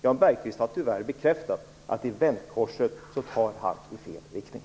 Jan Bergqvist har tyvärr bekräftat att i vändkorset tar han fel riktning.